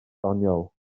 doniol